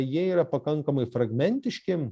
jie yra pakankamai fragmentiški